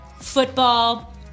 football